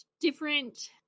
different